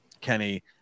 Kenny